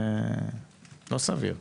זה לא סביר.